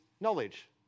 knowledge